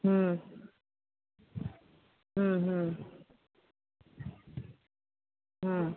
হুম হুম হুম হুম